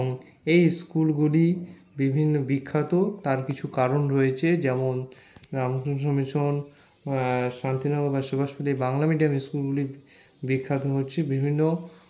এবং এই স্কুলগুলি বিভিন্ন বিখ্যাত তার কিছু কারণ রয়েছে যেমন রামকৃষ্ণ মিশন শান্তিনগর বা সুভাষপল্লির বাংলা মিডিয়াম স্কুলগুলি বিখ্যাত হচ্ছে বিভিন্ন